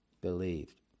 believed